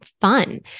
fun